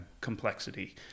complexity